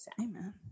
Amen